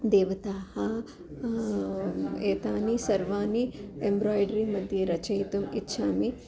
देवताः एतानि सर्वाणि एम्ब्राय्ड्रिमध्ये रचयितुम् इच्छामि